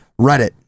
Reddit